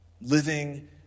Living